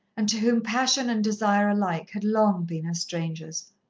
and to whom passion and desire alike had long been as strangers.